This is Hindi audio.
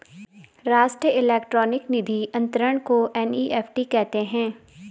राष्ट्रीय इलेक्ट्रॉनिक निधि अनंतरण को एन.ई.एफ.टी कहते हैं